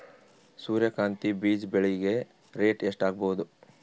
ಸೂರ್ಯ ಕಾಂತಿ ಬೀಜ ಬೆಳಿಗೆ ರೇಟ್ ಎಷ್ಟ ಆಗಬಹುದು?